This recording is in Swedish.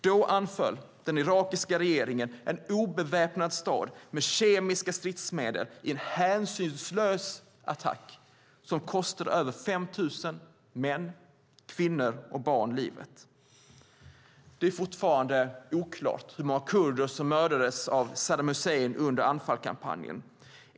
Då anföll den irakiska regimen en obeväpnad stad med kemiska stridsmedel i en hänsynslös attack som kostade över 5 000 män, kvinnor och barn livet. Det är fortfarande oklart hur många kurder som mördades av Saddam Hussein under Anfalkampanjen.